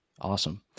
Awesome